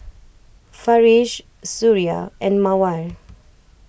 Farish Suria and Mawar